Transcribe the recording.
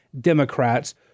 Democrats